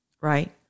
right